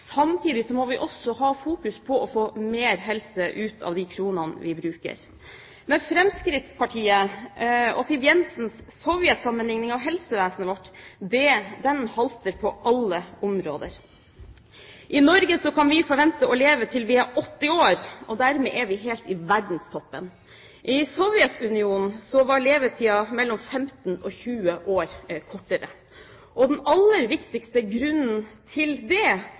Samtidig må vi også fokusere på å få mer helse ut av de kronene vi bruker. Men Fremskrittspartiets og Siv Jensens sovjetsammenligning av helsevesenet vårt halter på alle områder. I Norge kan vi forvente å leve til vi er 80 år, og dermed er vi helt i verdenstoppen. I Sovjetunionen var levetiden mellom 15 og 20 år kortere. Den aller viktigste grunnen til det